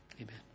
Amen